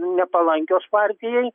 nepalankios partijai